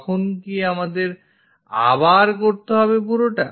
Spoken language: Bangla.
তখন কি আমাদের আবার করতে হবে পুরোটা